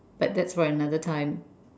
that that's for another time